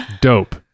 dope